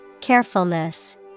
Carefulness